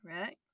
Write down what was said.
Right